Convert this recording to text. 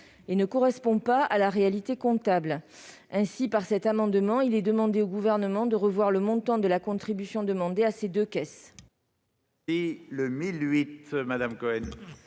et ne correspondent pas à la réalité comptable. Avec cet amendement, nous demandons au Gouvernement de revoir le montant de la contribution demandée à ces deux caisses.